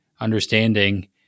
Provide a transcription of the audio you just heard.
understanding